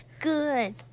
Good